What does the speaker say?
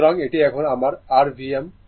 সুতরাং এটি এখন আমার r Vm